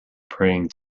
praying